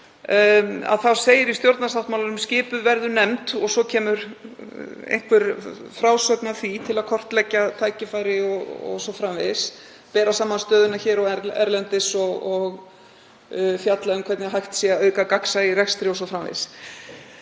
þá segir í stjórnarsáttmálanum: Skipuð verður nefnd. Og svo kemur einhver frásögn af því til að kortleggja tækifæri o.s.frv., bera saman stöðuna hér og erlendis og fjalla um hvernig hægt sé að auka gagnsæi í rekstri o.s.frv.